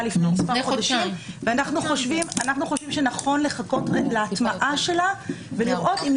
אז פשיטא שאם אתם ממילא חושבים כעמדה מינהלית שזה ראוי,